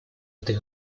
этой